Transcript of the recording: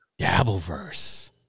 Dabbleverse